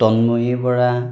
Tanmoyee Bora